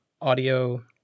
audio